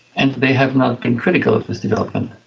and they have not been critical of this development.